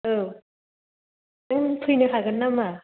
औ नों फैनो हागोन नामा